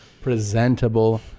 presentable